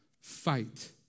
fight